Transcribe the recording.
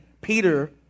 Peter